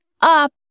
up